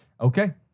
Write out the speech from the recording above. Okay